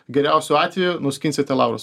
geriausiu atveju nuskinsite laurus